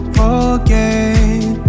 forget